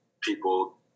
people